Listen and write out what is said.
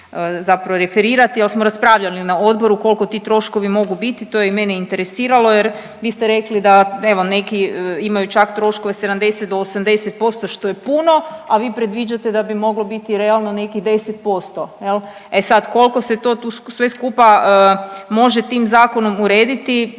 na to referirati al smo raspravljali na odboru kolko ti troškovi mogu biti to je i mene interesiralo jer vi ste rekli da evo neki imaju čak troškove 70 do 80% što je puno, a vi predviđate da bi moglo biti realno nekih 10%. E sad kolko se to sve skupa može tim zakonom urediti,